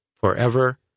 forever